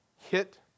Hit